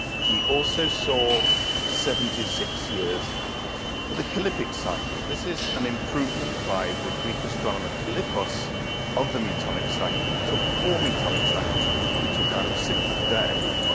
he also saw seventy six years for the kallippic cycle. this is an improvement by the greek astronomic kallippos of the metonic cycle. he took four metonic cycles and took out a single day.